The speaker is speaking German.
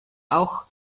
auch